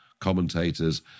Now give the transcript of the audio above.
commentators